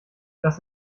das